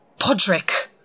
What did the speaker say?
Podrick